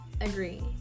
agree